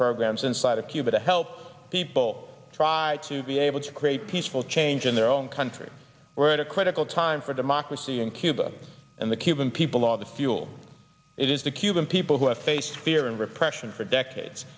programs inside of cuba to help people try to be able to create peaceful change in their own country or at a critical time for democracy in cuba and the cuban people are the fuel it is the cuban people who have faced fear and repression for decades